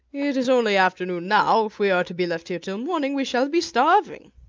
it is only afternoon now if we are to be left here till morning we shall be starving.